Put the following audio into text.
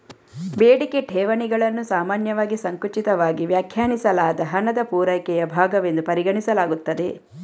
ಬೇಡಿಕೆ ಠೇವಣಿಗಳನ್ನು ಸಾಮಾನ್ಯವಾಗಿ ಸಂಕುಚಿತವಾಗಿ ವ್ಯಾಖ್ಯಾನಿಸಲಾದ ಹಣದ ಪೂರೈಕೆಯ ಭಾಗವೆಂದು ಪರಿಗಣಿಸಲಾಗುತ್ತದೆ